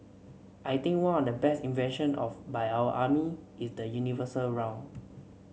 I think one of the best invention of by our army is the universal round